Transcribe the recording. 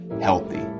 healthy